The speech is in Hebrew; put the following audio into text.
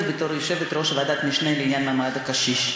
בו בתור יושבת-ראש ועדת משנה לעניין מעמד הקשיש.